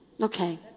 Okay